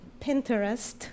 Pinterest